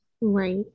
Right